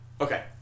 Okay